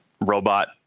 robot